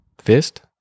fist